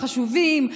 החשובים,